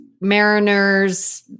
Mariners